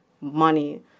money